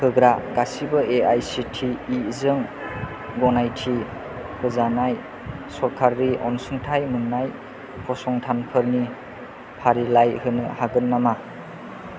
होग्रा गासैबो एआइसिटिइ जों गनायथि होजानाय सोरकारि अनसुंथाइ मोननाय फसंथानफोरनि फारिलाइ होनो हागोन नामा